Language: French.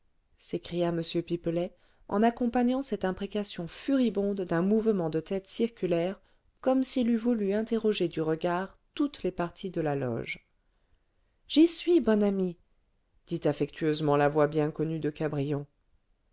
s'écria m pipelet en accompagnant cette imprécation furibonde d'un mouvement de tête circulaire comme s'il eût voulu interroger du regard toutes les parties de la loge j'y suis bon ami dit affectueusement la voix bien connue de cabrion